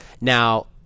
now